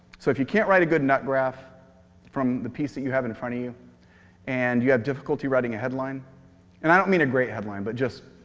so if you can't write a good nut graf from the piece that you have in front of you and you have difficulty writing a headline and i don't mean a great headline, but just